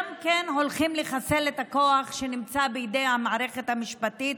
גם הולכים לחסל את הכוח שנמצא בידי המערכת המשפטית,